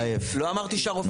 לא אמרתי שהרופאים אשמים.